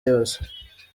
yose